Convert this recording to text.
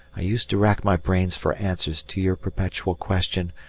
i used to rack my brains for answers to your perpetual question,